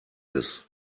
ist